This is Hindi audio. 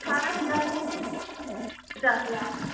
अठारह हजार से पचास हजार तक